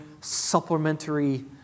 supplementary